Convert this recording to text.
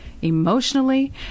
Emotionally